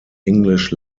english